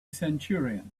centurion